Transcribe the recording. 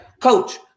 coach